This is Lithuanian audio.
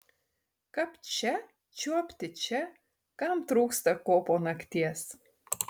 kapt čia čiuopti čia kam trūksta ko po nakties